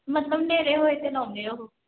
ਮਤਲਬ ਹਨੇਰੇ ਹੋਏ 'ਤੇ ਲਾਉਂਦੇ ਉਹ